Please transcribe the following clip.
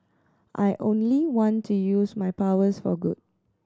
I only want to use my powers for good